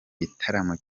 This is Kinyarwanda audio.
gitaramo